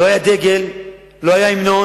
לא היה דגל, לא היה המנון,